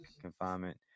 confinement